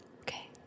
okay